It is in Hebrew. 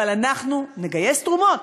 אבל אנחנו נגייס תרומות.